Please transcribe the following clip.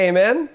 Amen